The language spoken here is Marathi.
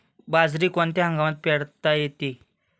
बाजरी कोणत्या हंगामात पेरता येते?